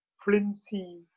flimsy